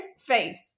face